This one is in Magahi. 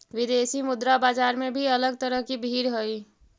विदेशी मुद्रा बाजार में भी अलग तरह की भीड़ हई